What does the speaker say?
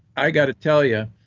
i've got to tell you,